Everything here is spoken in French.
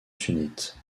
sunnites